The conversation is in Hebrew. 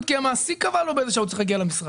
כי המעסיק קבע לו באיזו שעה הוא צריך להגיע למשרד?